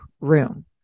room